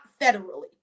federally